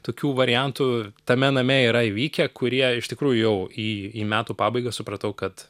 tokių variantų tame name yra įvykę kurie iš tikrųjų jau į metų pabaigą supratau kad